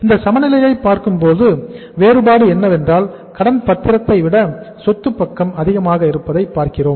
இந்த சமநிலையை பார்க்கும்போது வேறுபாடு என்னவென்றால் கடன் பக்கத்தை விட சொத்து பக்கம் அதிகமாக இருப்பதை பார்க்கிறோம்